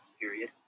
period